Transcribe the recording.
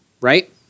Right